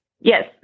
Yes